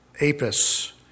Apis